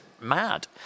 mad